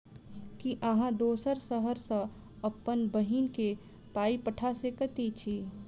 की अहाँ दोसर शहर सँ अप्पन बहिन केँ पाई पठा सकैत छी?